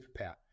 superpower